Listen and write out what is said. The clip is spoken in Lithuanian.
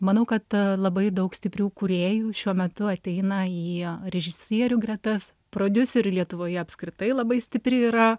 manau kad labai daug stiprių kūrėjų šiuo metu ateina į režisierių gretas prodiuserių lietuvoje apskritai labai stipri yra